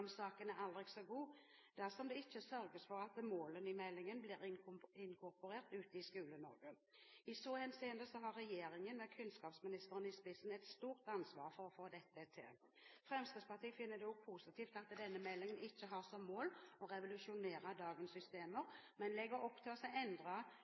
om saken er aldri så god, dersom det ikke sørges for at målene i meldingen blir inkorporert ute i Skole-Norge. I så henseende har regjeringen med kunnskapsministeren i spissen et stort ansvar for å få dette til. Fremskrittspartiet finner det også positivt at denne meldingen ikke har som mål å revolusjonere dagens